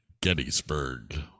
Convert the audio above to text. Gettysburg